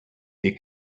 they